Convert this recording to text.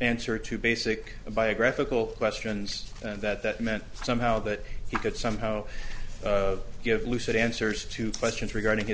answer two basic biographical questions and that that meant somehow that he could somehow give lucid answers to questions regarding his